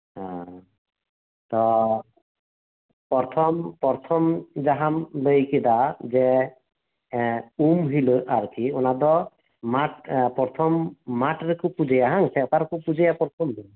ᱦᱮᱸ ᱛᱚ ᱯᱚᱨᱛᱷᱚᱢ ᱯᱚᱨᱛᱷᱚᱢ ᱡᱟᱦᱟᱸᱢ ᱞᱟᱹᱭᱠᱮᱫᱟ ᱡᱮ ᱩᱢᱦᱤᱞᱳᱜ ᱟᱨᱠᱤ ᱚᱱᱟᱫᱚ ᱢᱟᱴᱷ ᱯᱚᱨᱛᱷᱚᱢ ᱢᱟᱴᱷ ᱨᱮᱠᱚ ᱯᱩᱡᱟᱹᱭᱟ ᱦᱮᱸ ᱵᱟᱝ ᱥᱮ ᱚᱠᱟᱨᱮᱠᱚ ᱯᱩᱡᱟᱹᱭᱟ ᱯᱚᱨᱛᱷᱚᱢ ᱫᱚ